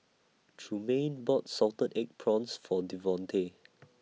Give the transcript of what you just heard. Trumaine bought Salted Egg Prawns For Devontae